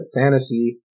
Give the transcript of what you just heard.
fantasy